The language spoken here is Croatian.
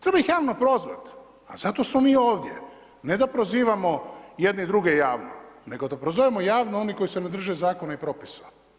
Treba ih javno prozvat, pa zato smo mi ovdje, ne da prozivamo jedni druge javno nego da prozovemo javno one koji se ne drže zakona i propisa.